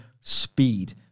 speed